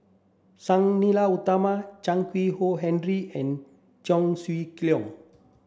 Sang Nila Utama Chan Keng Howe Harry and Cheong Siew Keong